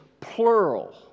plural